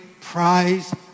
prize